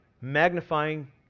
magnifying